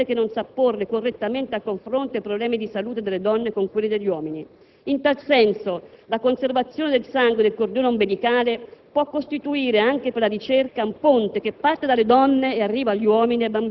La crisi deriva da una impostazione che non sa porre correttamente a confronto i problemi di salute delle donne con quelli degli uomini.